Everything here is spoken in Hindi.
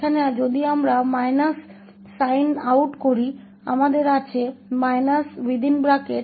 इसलिए यदि हम ऋण से साइन आउट करते हैं तो हमारे पास t2 t3224t522426 है